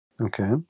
Okay